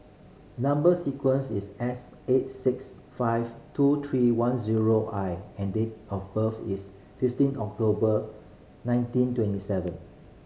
number sequence is S eight six five two three one zero I and date of birth is fifteen October nineteen twenty seven